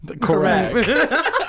Correct